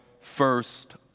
first